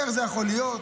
איך זה יכול להיות?